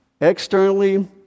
Externally